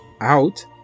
out